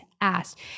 asked